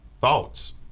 thoughts